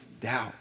doubt